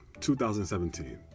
2017